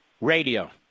Radio